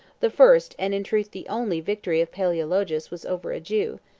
the first, and in truth the only, victory of palaeologus, was over a jew,